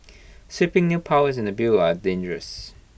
sweeping new powers in the bill are dangerous